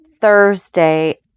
thursday